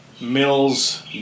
Mills